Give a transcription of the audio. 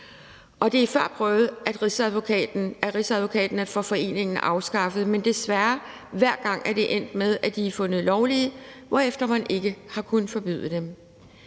Det er før prøvet af rigsadvokaten at få foreningen afskaffet, men desværre er det hver gang endt med, at de er fundet lovlige, hvorefter man ikke har kunnet forbyde dem.